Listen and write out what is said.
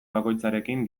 bakoitzarekin